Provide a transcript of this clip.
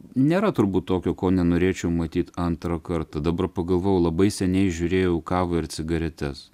nėra turbūt tokio ko nenorėčiau matyt antrą kartą dabar pagalvojau labai seniai žiūrėjau kavą ir cigaretes